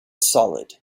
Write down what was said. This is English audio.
solid